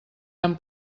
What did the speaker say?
han